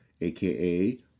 AKA